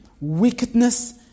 wickedness